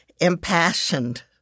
impassioned